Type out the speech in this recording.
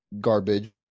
garbage